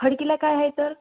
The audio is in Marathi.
खडकीला काय आहे तर